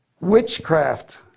witchcraft